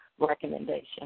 recommendation